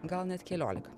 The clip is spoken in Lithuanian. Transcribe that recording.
gal net keliolika